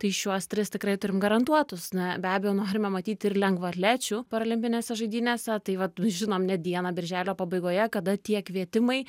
tai šiuos tris tikrai turim garantuotus na be abejo norime matyti ir lengvaatlečių parolimpinėse žaidynėse tai vat žinom net dieną birželio pabaigoje kada tie kvietimai